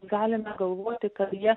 galime galvoti kad jie